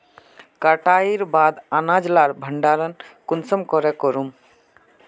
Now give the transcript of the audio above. कटाईर बाद अनाज लार भण्डार कुंसम करे करूम?